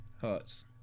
Hurts